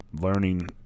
learning